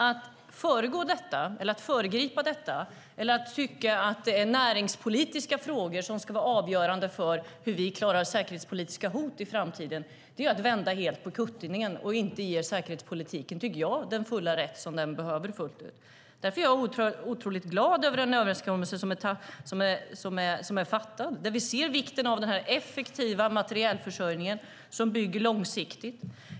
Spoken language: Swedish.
Att föregripa detta eller att tycka att det är näringspolitiska frågor som ska vara avgörande för hur vi klarar säkerhetspolitiska hot i framtiden är att vända helt på kuttingen och inte ge säkerhetspolitiken den fulla rätt som den behöver fullt ut, tycker jag. Därför är jag otroligt glad över den överenskommelse som är gjord, där vi ser vikten av den här effektiva materielförsörjningen, som är långsiktig.